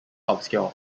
obscure